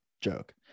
Joke